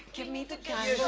give me the